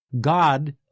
God